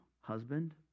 husband